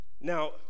Now